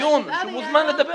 דיון, הוא מוזמן לדבר.